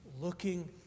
looking